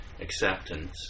acceptance